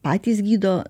patys gydo